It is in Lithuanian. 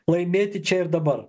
laimėti čia ir dabar